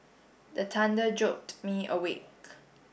the thunder jolt me awake